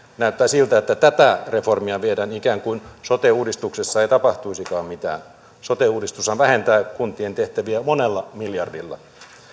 näyttää siltä että tätä reformia viedään ikään kuin sote uudistuksessa ei tapahtuisikaan mitään sote uudistushan vähentää kuntien tehtäviä monella miljardilla